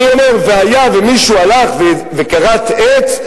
אני אומר: היה ומישהו הלך וכרת עץ,